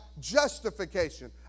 justification